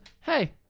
hey